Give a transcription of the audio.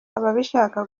ababishaka